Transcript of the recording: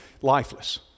lifeless